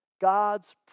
God's